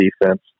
defense